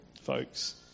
folks